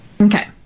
Okay